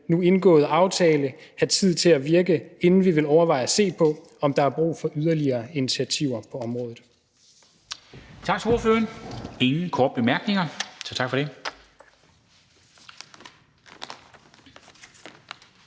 nu indgåede aftale have tid til at virke, inden vi vil overveje at se på, om der er brug for yderligere initiativer på området.